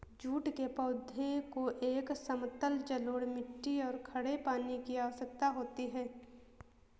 jute के पौधे को एक समतल जलोढ़ मिट्टी और खड़े पानी की आवश्यकता होती है